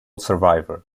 survivor